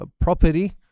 property